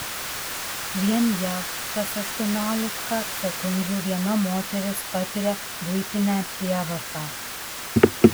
vien jav kas aštuoniolika sekundžių viena moteris patiria buitinę prievartą